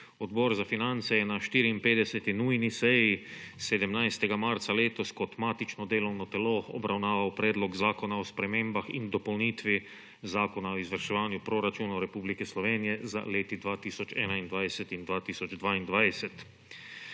Odbor za finance je na 54. nujni seji 17. marca letos kot matično delovno telo obravnaval Predlog zakona o spremembah in dopolnitvi Zakona o izvrševanju proračunov Republike Slovenije za leti 2021 in 2022.